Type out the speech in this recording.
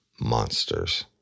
monsters